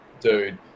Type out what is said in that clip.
dude